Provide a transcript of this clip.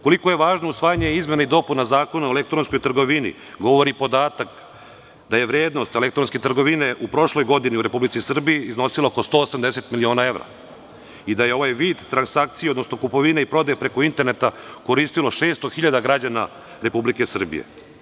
Koliko je važno usvajanje izmena i dopuna Zakona o elektronskoj trgovini govori podatak da je vrednost elektronske trgovine u prošloj godini u Republici Srbiji iznosila oko 180 miliona evra i da je ovaj vid transakcije, odnosno kupovine i prodaje preko interneta koristilo 600.000 građana Republike Srbije.